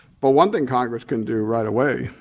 but one thing congress can do right away,